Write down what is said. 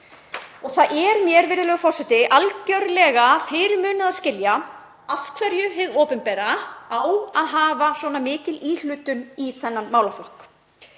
látna. Mér er, virðulegur forseti, algjörlega fyrirmunað að skilja af hverju hið opinbera á að hafa svona mikla íhlutun í þennan málaflokk.